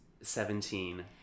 Seventeen